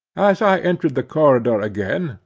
as i entered the corridor again,